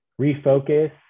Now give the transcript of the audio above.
refocus